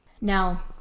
Now